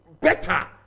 better